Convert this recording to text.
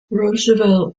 roosevelt